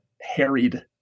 Harried